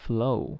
，Flow